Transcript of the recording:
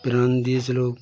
প্রাণ দিয়েছিল